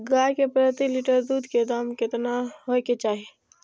गाय के प्रति लीटर दूध के दाम केतना होय के चाही?